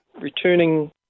returning